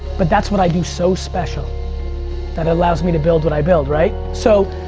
but that's what i do so special that allows me to build what i build, right? so,